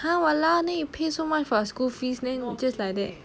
!huh! !walao! then you pay so much for school fees leh just like that